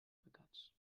pecats